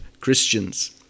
Christians